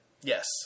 Yes